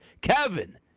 Kevin